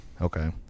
okay